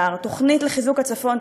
תוכנית לחיזוק הצפון,